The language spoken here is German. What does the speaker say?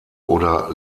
oder